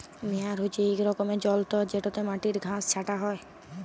মেয়ার হছে ইক রকমের যল্তর যেটতে মাটির ঘাঁস ছাঁটা হ্যয়